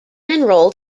enrolled